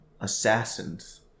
assassins